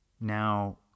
Now